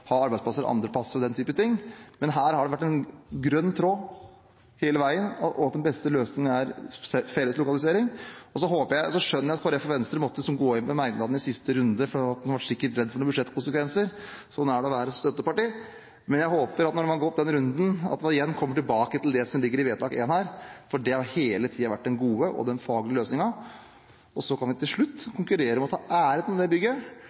ha arbeidsplasser andre steder, osv., men her har det vært en grønn tråd hele veien. Den beste løsningen er felleslokalisering. Jeg skjønner også at Kristelig Folkeparti og Venstre måtte gå inn med en merknad i siste runde – de var sikkert redde for budsjettkonsekvenser, sånn er det å være støtteparti – men jeg håper at når man har gått den runden, kommer tilbake til det som ligger i vedtak I her, for det har hele tiden vært den gode og faglige løsningen. Så kan vi til slutt konkurrere om å ta æren for det bygget,